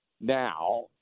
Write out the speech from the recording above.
now